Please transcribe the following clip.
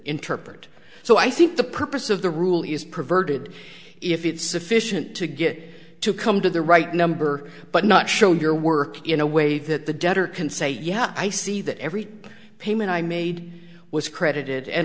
interpret so i think the purpose of the rule is perverted if it's sufficient to get to come to the right number but not show your work in a way that the debtor can say yeah i see that every payment i made was credited and